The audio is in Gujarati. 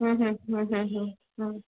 હમ હમ હમ હમ હમ હમ હમ